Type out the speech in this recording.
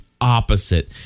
opposite